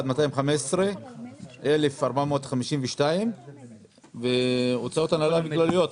215,452 והוצאות הנהלה וכלליות,